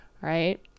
right